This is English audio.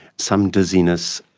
some dizziness,